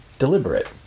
deliberate